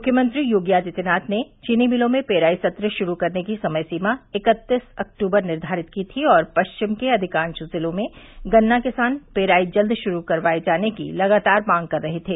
मुख्यमंत्री योगी आदित्यनाथ ने चीनी मिलों में पेराई सत्र शुरू करने की समय सीमा इक्कतीस अक्टूबर निर्वारित की थी और पश्विम के अधिकांश जिलों में गन्ना किसान पेराई जल्द शुरू करवाये जाने की लगातार मांग कर रहे थे